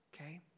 Okay